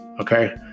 Okay